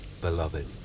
beloved